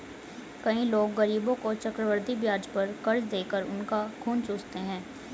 कई लोग गरीबों को चक्रवृद्धि ब्याज पर कर्ज देकर उनका खून चूसते हैं